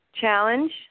challenge